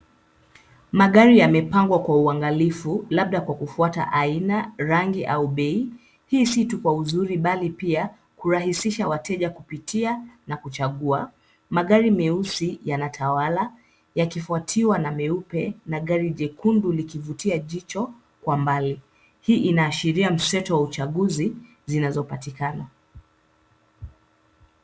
Magari yamepangwa kwa uangalifu labda kwa kufuata aina, rangi au bei. Hii si tu kwa uzuri bali pia kurahisisha wateja kupitia na kuchagua. Magari meusi yanatawala, yakifuatiwa na meupe na gari jekundu likivutia jicho kwa mbali. Hii inaashiria mseto wa uchaguzi zinazopatikana.